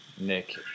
Nick